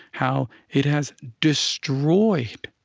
how it has destroyed